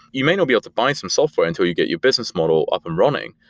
you may not be able to buy some software until you get your business model up and running.